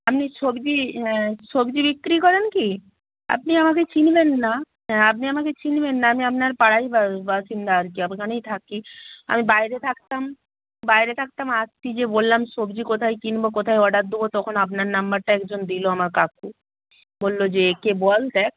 আপনি সবজি সবজি বিক্রি করেন কি আপনি আমাকে চিনবেন না আপনি আমাকে চিনবেন না আমি আপনার পাড়ারই বাসিন্দা আর কি এখানেই থাকি আমি বাইরে থাকতাম বাইরে থাকতাম যে বললাম সবজি কোথায় কিনব কোথায় অর্ডার দেবো তখন আপনার নাম্বারটা একজন দিল আমার কাকু বলল যে একে বল দেখ